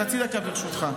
חצי דקה ברשותך.